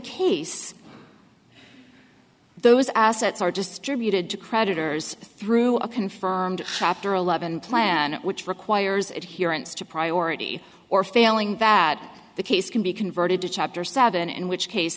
case those assets are distributed to creditors through a confirmed chapter eleven plan which requires it here instead priority or failing that the case can be converted to chapter seven in which case